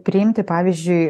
priimti pavyzdžiui